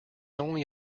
only